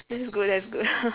that's good that's good